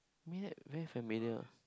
very familiar ah